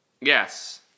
Yes